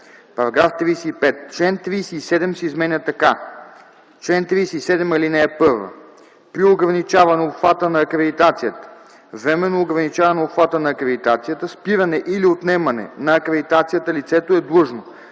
§ 35: „§ 35. Член 37 се изменя така: „Чл. 37. (1) При ограничаване обхвата на акредитацията, временно ограничаване обхвата на акредитацията, спиране или отнемане на акредитацията лицето е длъжно